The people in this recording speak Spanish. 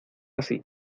así